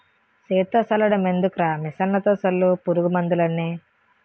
సేత్తో సల్లడం ఎందుకురా మిసన్లతో సల్లు పురుగు మందులన్నీ